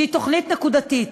שהיא תוכנית נקודתית.